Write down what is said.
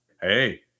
Hey